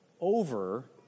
over